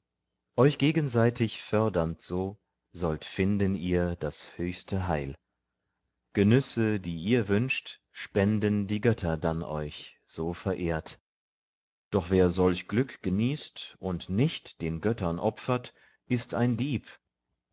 euch gegenseitig fördernd so sollt finden ihr das höchste heil genüsse die ihr wünscht spenden die götter dann euch so verehrt doch wer solch glück genießt und nicht den göttern opfert ist ein dieb